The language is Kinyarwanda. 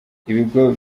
ibigo